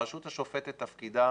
הרשות השופטת, תפקידה